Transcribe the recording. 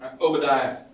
Obadiah